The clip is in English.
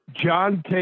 John